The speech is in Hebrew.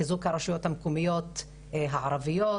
חיזוק הרשויות המקומיות הערביות